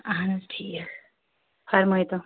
اَہَن حظ ٹھیٖک فرمٲیتَو